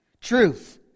truth